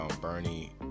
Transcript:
Bernie